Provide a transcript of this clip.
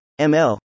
ML